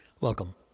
Welcome